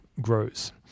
grows